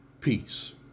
peace